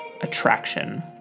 attraction